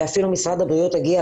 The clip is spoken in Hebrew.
ואפילו משרד בריאות הגיע,